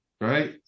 right